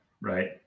Right